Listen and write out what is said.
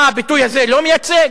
מה, הביטוי הזה לא מייצג?